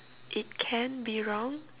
it can be wrong